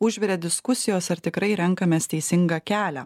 užvirė diskusijos ar tikrai renkamės teisingą kelią